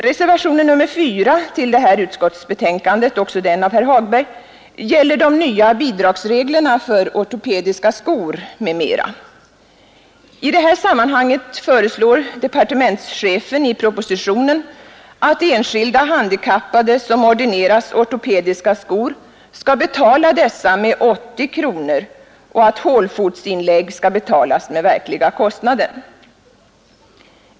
Reservationen nr 4 till detta utskottsbetänkande, också den av herr Hagberg, gäller de nya bidragsreglerna för ortopediska skor m.m. I det här sammanhanget föreslår departementschefen i propositionen att enskilda handikappade som ordineras ortopediska skor skall betala dessa med 80 kronor och att hålfotsinlägg skall betalas med verkliga kostnaden.